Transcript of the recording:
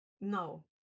no